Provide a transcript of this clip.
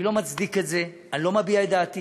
אני לא מצדיק את זה, אני לא מביע את דעתי.